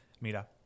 Mira